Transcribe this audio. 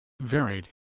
varied